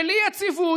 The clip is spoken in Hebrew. בלי יציבות,